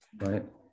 right